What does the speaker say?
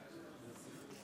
זה דוגמה.